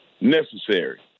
necessary